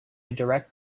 direct